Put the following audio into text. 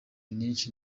munich